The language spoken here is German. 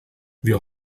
wir